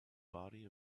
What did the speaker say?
body